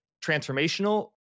transformational